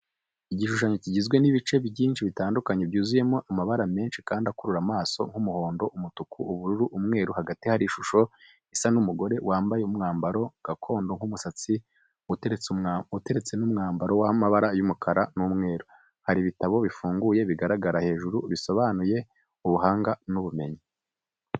Igishushanyo kigizwe n’ibice byinshi bitandukanye, byuzuyemo amabara menshi kandi akurura amaso nk’umuhondo, umutuku, ubururu, n'umweru. Hagati hari ishusho isa n’umugore wambaye umwambaro gakondo nk’umusatsi uteretse n’umwambaro w’amabara y’umukara n’umweru. Hari ibitabo bifunguye bigaragara hejuru, bisobanuye ubuhanga n'ubumenyi.